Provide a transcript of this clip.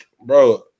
Bro